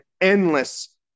endless